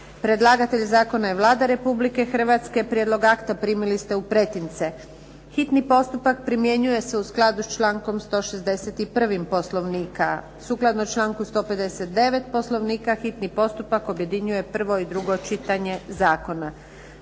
Predlagatelj zakona je Vlada Republike Hrvatske. Prijedlog akta primili ste u pretince. Hitni postupak primjenjuje se u skladu s člankom 161. Poslovnika. Sukladno članku 159. Poslovnika hitni postupak objedinjuje prvo i drugo čitanje zakona.